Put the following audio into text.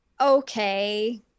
okay